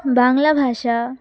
বাংলা ভাষা